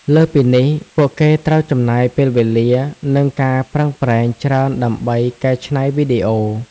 លើសពីនេះ ពួកគេត្រូវចំណាយពេលវេលានិងការប្រឹងប្រែងច្រើនដើម្បីកែច្នៃវីដេអូ។